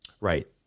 right